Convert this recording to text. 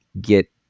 get